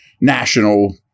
national